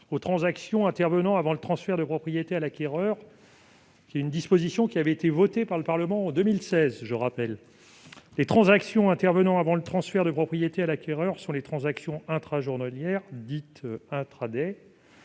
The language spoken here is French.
aux transactions intervenant avant le transfert de propriété à l'acquéreur- cette disposition a été votée par le Parlement en 2016. Les transactions intervenant avant le transfert de propriété à l'acquéreur sont les transactions intrajournalières, dites, c'est-à-dire